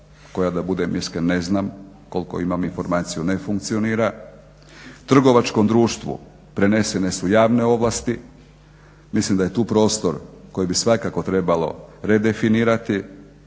koja da budem iskren ne znam, koliko imam informaciju ne funkcionira, trgovačkom društvu prenesene su javne ovlasti, mislim da je tu prostor koji bi svakako trebalo redefinirati,